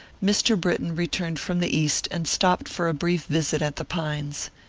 mr. britton returned from the east and stopped for a brief visit at the pines.